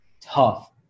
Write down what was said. tough